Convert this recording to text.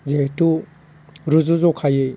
जिहैथु रुजु जखायै